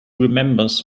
remembers